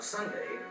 Sunday